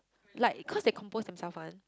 like cause they compose themselves one